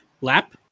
lap